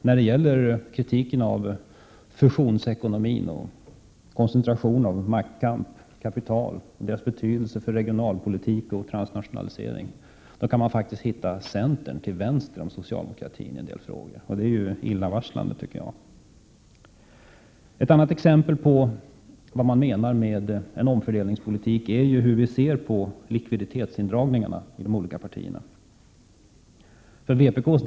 När det gäller kritiken av fusionsekonomin, koncentrationen av makt och kapital och dess betydelse för regionalpolitik och transnationalisering kan man i en del frågor faktiskt hitta centern till vänster om socialdemokratin. Det är illavarslande, anser jag. Ett annat exempel på vad som menas med en omfördelningspolitik är ju hur man inom de olika partierna ser på likviditetsindragningarna.